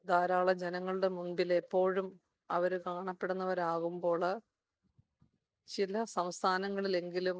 ധാരാളം ജനങ്ങളുടെ മുമ്പിൽ എപ്പോഴും അവർ കാണപ്പെടുന്നവരാകുമ്പോൾ ചില സംസ്ഥാനങ്ങളിൽ എങ്കിലും